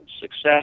success